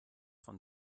von